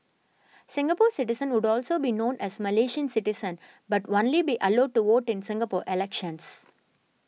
Singapore citizens would also be known as Malaysian citizens but only be allowed to vote in Singapore elections